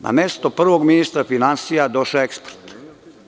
Na mesto prvog ministra finansija došao je ekspert.